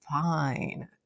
Fine